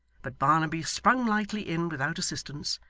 but barnaby sprung lightly in without assistance,